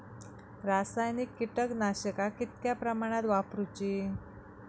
रासायनिक कीटकनाशका कितक्या प्रमाणात वापरूची?